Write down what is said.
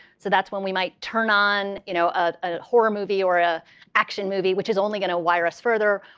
so that's when we might turn on you know ah a horror movie or a action movie, which is only going to wire us further.